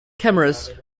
cameras